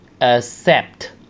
Accept